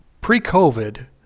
Pre-COVID